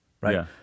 right